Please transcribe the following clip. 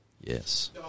Yes